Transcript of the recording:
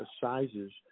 sizes